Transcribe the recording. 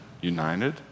United